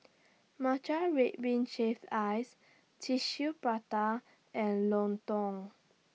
Matcha Red Bean Shaved Ice Tissue Prata and Lontong